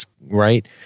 right